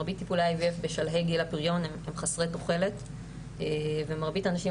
מרבית טיפולי ה IVF בשלהי גיל הפריון הם חסרי תוחלת ומרבית הנשים